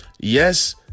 yes